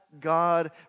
God